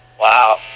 Wow